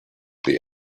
the